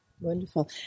Wonderful